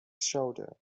shoulder